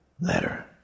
letter